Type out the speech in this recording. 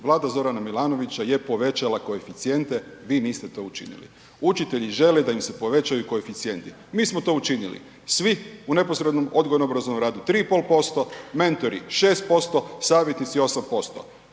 Vlada Z. Milanovića je povećala koeficijente, vi niste to učinili. Učitelji žele da im se povećaju koeficijenti, mi smo to učinili. Svi u neposrednom odgojno-obrazovnom radu 3,5%, mentori 6%, savjetnici 8%.